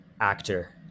actor